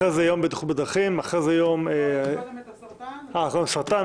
אחרי זה יום לציון המלחמה בסרטן,